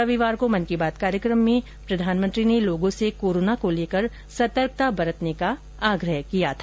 रविवार को मन की बात कार्यकम में प्रधानमंत्री ने लोगों से कोरोना को लेकर सतर्कता बरतने का आग्रह किया था